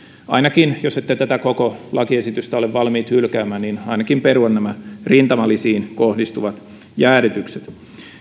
jos ette tätä koko lakiesitystä ole valmiit hylkäämään ainakin perua nämä rintamalisiin kohdistuvat jäädytykset